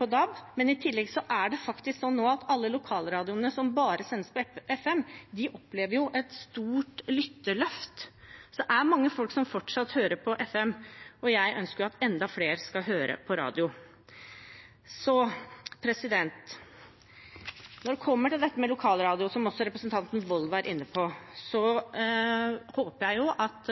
på DAB. I tillegg opplever alle lokalradioene som bare sendes på FM, et stort lytterløft. Det er mange folk som fortsatt hører på FM, og jeg ønsker at enda flere skal høre på radio. Når det kommer til dette med lokalradio, som også representanten Wold var inne på, så håper jeg at